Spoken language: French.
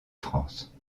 france